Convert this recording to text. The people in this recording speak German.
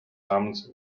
namens